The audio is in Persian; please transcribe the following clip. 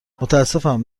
متاسفم